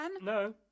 No